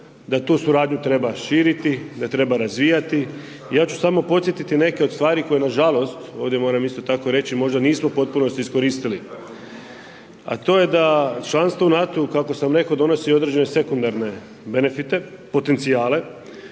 da tu suradnju treba širiti, da treba razvijati, ja ću samo podsjetiti neke od stvari koje nažalost ovdje moram isto tako reći možda nismo u potpunosti iskoristili, a to je da članstvo u NATO-u, kako sam rekao, donosi određene sekundarne benefite, potencijale,